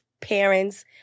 parents